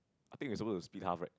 I think we supposed to split half right